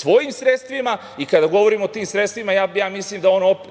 svojim sredstvima. Kada govorimo o tim sredstvima, ja mislim